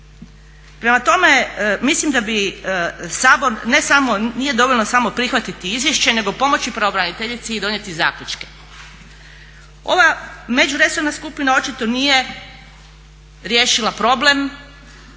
Prema tome, mislim da bi Sabor ne samo, nije dovoljno samo prihvatiti izvješće nego pomoći pravobraniteljici i donijeti zaključke. Ova međuresorna skupina očito nije riješila problem,